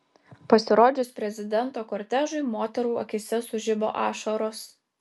pasirodžius prezidento kortežui moterų akyse sužibo ašaros